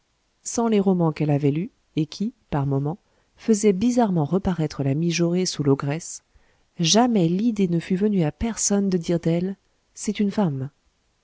sans les romans qu'elle avait lus et qui par moments faisaient bizarrement reparaître la mijaurée sous l'ogresse jamais l'idée ne fût venue à personne de dire d'elle c'est une femme